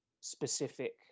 specific